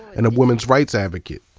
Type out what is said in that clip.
and a women's rights advocate.